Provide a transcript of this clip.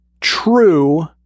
true